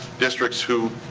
districts who